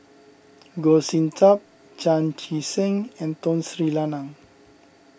Goh Sin Tub Chan Chee Seng and Tun Sri Lanang